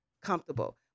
Comfortable